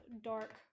dark